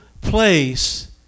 place